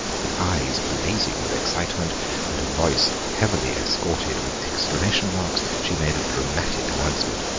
with eyes blazing with excitement and a voice heavily escorted with exclamation marks she made a dramatic announcement.